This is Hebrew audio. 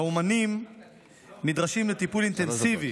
והאומנים נדרשים לטיפול אינטנסיבי